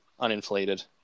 uninflated